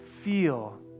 feel